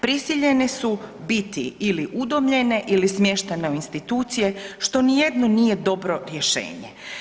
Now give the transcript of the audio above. Prisiljeni su biti ili udomljene ili smještene u institucije što nijedno nije dobro rješenje.